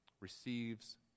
receives